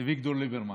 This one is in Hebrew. אביגדור ליברמן.